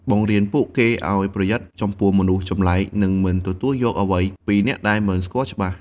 បង្រៀនពួកគេឲ្យប្រយ័ត្នចំពោះមនុស្សចម្លែក និងមិនទទួលយកអ្វីពីអ្នកដែលមិនស្គាល់ច្បាស់។